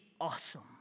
awesome